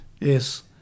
yes